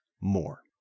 more